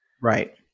Right